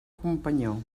companyó